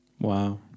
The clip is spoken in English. wow